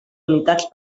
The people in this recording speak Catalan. unitats